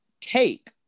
take